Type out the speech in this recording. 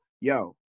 yo